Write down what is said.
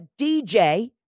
DJ